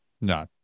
no